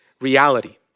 reality